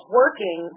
working